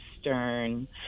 Stern